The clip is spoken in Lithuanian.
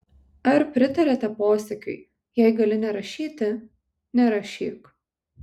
ar pritariate posakiui jei gali nerašyti nerašyk